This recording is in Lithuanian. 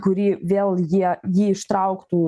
kurį vėl jie jį ištrauktų